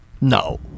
No